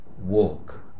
walk